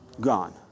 Gone